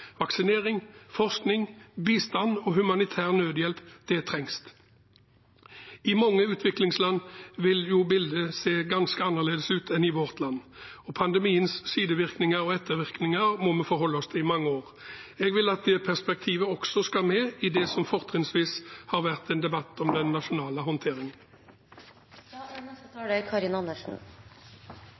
vaksinering, forskning, bistand og humanitær nødhjelp. Det trengs. I mange utviklingsland vil bildet se ganske annerledes ut enn i vårt land, og pandemiens sidevirkninger og ettervirkninger må vi forholde oss til i mange år. Jeg vil at det perspektivet også skal med i det som fortrinnsvis har vært en debatt om den nasjonale